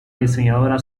diseñadora